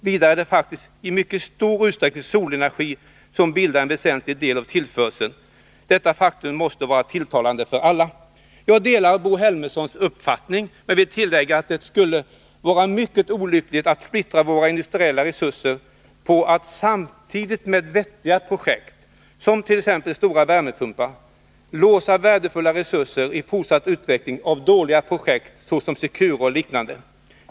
Vidare är det ju faktiskt i mycket stor utsträckning solenergi som bildar en väsentlig del av tillförseln. Detta faktum måste vara tilltalande för alla.” Jag delar Bo Helmerssons uppfattning men vill tillägga att det skulle vara mycket olyckligt att splittra våra industriella resurser på att samtidigt med vettiga projekt, t. ex stora värmepumpar, låsa värdefulla resurser i fortsatt utveckling av dåliga projekt, såsom Secure och liknande.